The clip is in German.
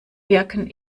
wirken